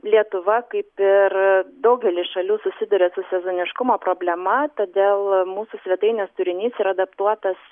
lietuva kaip ir daugelis šalių susiduria su sezoniškumo problema todėl mūsų svetainės turinys yra adaptuotas